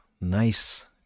nice